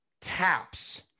taps